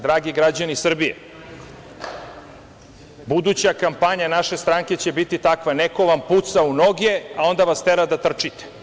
Dragi građani Srbije, buduća kampanja naše stranke će biti takva, neko vam puca u noge, a onda vas tera da trčite.